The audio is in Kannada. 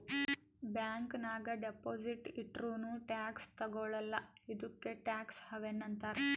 ಬ್ಯಾಂಕ್ ನಾಗ್ ಡೆಪೊಸಿಟ್ ಇಟ್ಟುರ್ನೂ ಟ್ಯಾಕ್ಸ್ ತಗೊಳಲ್ಲ ಇದ್ದುಕೆ ಟ್ಯಾಕ್ಸ್ ಹವೆನ್ ಅಂತಾರ್